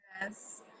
Yes